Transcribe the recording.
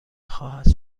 خواهد